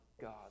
God